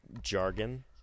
jargon